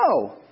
No